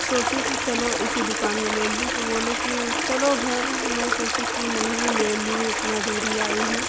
सोची कि चलो इसी दुकान में ले लूँ तो बोले कि चलो घर मैं सोची कि नही ले लूँ इतना दूरी आई हूँ